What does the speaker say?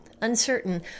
Uncertain